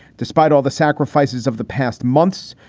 despite all the sacrifices of the past months,